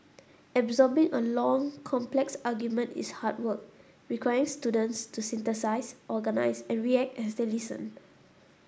absorbing a long complex argument is hard work requiring students to synthesise organise and react as they listen